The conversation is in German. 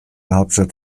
hauptstadt